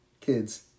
Kids